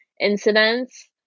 incidents